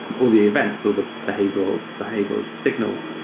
all the events, all the behavioral behavioral signal.